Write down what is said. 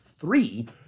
three